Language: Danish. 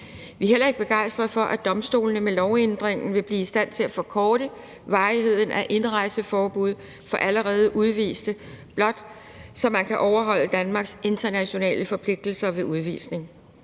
Vi er heller ikke begejstrede for, at domstolene med lovændringen vil blive i stand til at forkorte varigheden af indrejseforbuddet for allerede udviste, blot så man kan overholde Danmarks internationale forpligtelser ved udvisning.